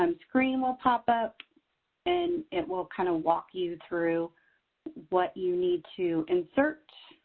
um screen will pop up and it will kind of walk you through what you need to insert.